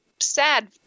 Sad